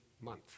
month